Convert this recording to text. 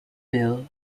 mill